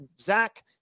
Zach